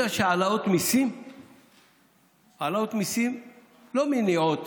לא הרבה, יודע שהעלאות מיסים לא מניעות